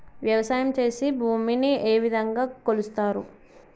వ్యవసాయం చేసి భూమిని ఏ విధంగా కొలుస్తారు?